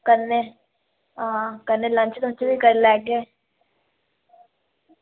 कन्नै ते कन्नै लंच दा उत्थें करी लैगे